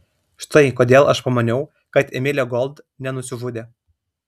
štai kodėl aš pamaniau kad emilė gold nenusižudė